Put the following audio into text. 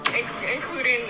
Including